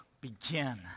begin